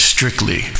Strictly